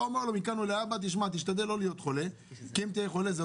אתה אומר לו: מכאן ולהבא תשתדל לא להיות חולה כי אם תהיה חולה.